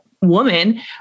woman